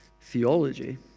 theology